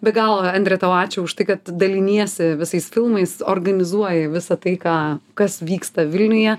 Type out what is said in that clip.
be galo andre tau ačiū už tai kad daliniesi visais filmais organizuoji visą tai ką kas vyksta vilniuje